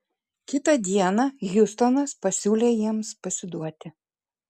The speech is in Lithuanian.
kitą dieną hiustonas pasiūlė jiems pasiduoti